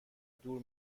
دور